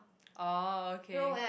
oh okay